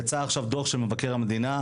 יצא עכשיו דוח של מבקר המדינה,